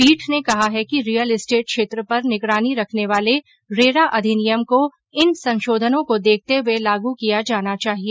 पीठ ने कहा है कि रियल एस्टेट क्षेत्र पर निगरानी रखने वाले रेरा अधिनियम को इन संशोधनों को देखते हुए लागू किया जाना चाहिए